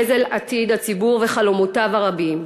זה, במפורש, גזל עתיד הציבור וחלומותיו הרבים.